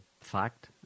fact